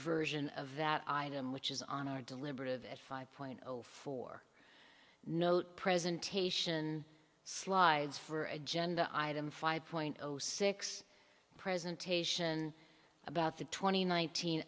version of that item which is on our deliberative at five point zero four note presentation slides for agenda item five point zero six presentation about the twenty nineteen